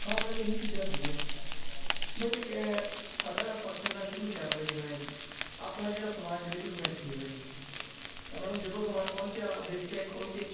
ਹਾਂ ਮੈਮ ਇਹ ਹੀ ਚੀਜ਼ਾਂ ਸੀਗੀਆਂ ਬਟ ਸਾਡਾ ਫੰਕਸ਼ਨ ਤਾਂ ਸ਼ੁਰੂ ਚਾਰ ਵਜੇ ਹੋਇਆ ਜੀ ਆਪਣਾ ਜਿਹੜਾ ਸਮਾਨ ਡਲੀਵਰ ਹੋਇਆ ਛੇ ਵਜੇ ਤਾਂ ਮੈਡਮ ਜਦੋਂ ਸਮਾਨ ਪਹੁੰਚਿਆ ਦੇਖਿਆ ਖੋਲ੍ਹ ਕੇ